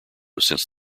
since